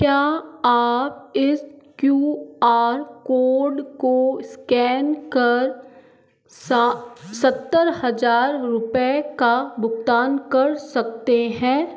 क्या आप इस क्यू आर कोड को स्कैन कर सा सतर हज़ार रुपये का भुगतान कर सकते हैं